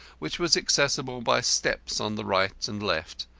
which was accessible by steps on the right and left,